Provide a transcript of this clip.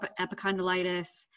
epicondylitis